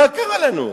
מה קרה לנו?